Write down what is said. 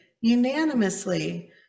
unanimously